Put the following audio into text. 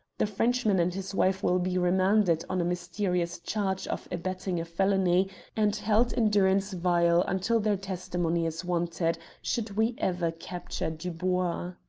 the frenchman and his wife will be remanded on a mysterious charge of abetting a felony and held in durance vile until their testimony is wanted, should we ever capture dubois.